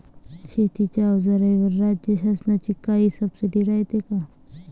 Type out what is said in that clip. शेतीच्या अवजाराईवर राज्य शासनाची काई सबसीडी रायते का?